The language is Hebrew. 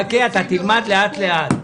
חכה, אתה תלמד לאט לאט.